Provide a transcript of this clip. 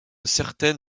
certaines